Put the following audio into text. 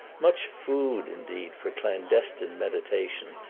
much food, indeed, for clandestine meditation,